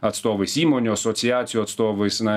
atstovais įmonių asociacijų atstovais na